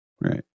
right